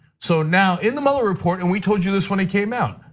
so now in the mueller report and we told you this when it came out,